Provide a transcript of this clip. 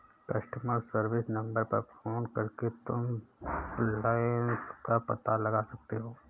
customer service number पर phone करके तुम बैलन्स का पता लगा सकते हो